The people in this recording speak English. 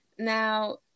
Now